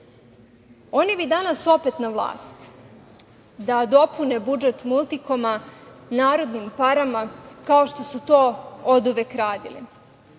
Oni bi danas opet na vlast, da dopune budžet „Multikoma“ narodnim parama, kao što su oduvek radili,